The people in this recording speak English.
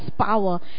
power